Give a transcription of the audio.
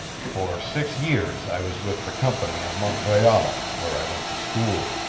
for six years i was with the company in montreal, where i went to school.